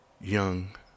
young